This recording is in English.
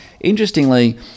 Interestingly